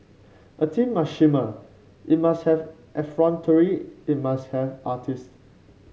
a team must shimmer it must have effrontery it must have artists